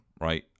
right